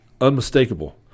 unmistakable